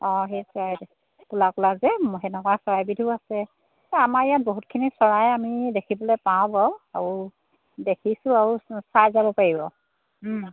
অঁ সেই চৰাইটো ক'লা ক'লা যে সেনেকুৱা চৰাইবিধো আছে আমাৰ ইয়াত বহুতখিনি চৰাই আমি দেখিবলৈ পাওঁ বাৰু আৰু দেখিছোঁ আৰু চাই যাব পাৰিব